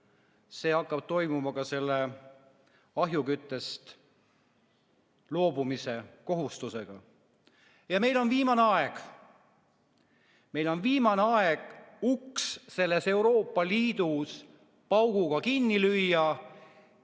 see hakkab toimuma ka ahjuküttest loobumise kohustusega. Ja meil on viimane aeg, meil on viimane aeg uks selles Euroopa Liidus pauguga kinni lüüa,